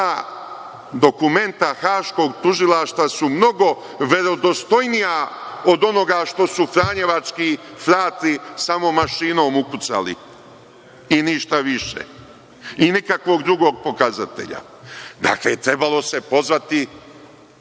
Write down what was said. dokumenta Haškog tužilaštva su mnogo verodostojnija od onoga što su Franjevački fratri tamo mašinom ukucali i ništa više i nikakvog drugog pokazatelja. Dakle, trebalo se pozvati